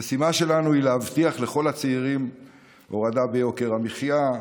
המשימה שלנו היא להבטיח לכל הצעירים הורדה ביוקר המחיה,